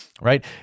right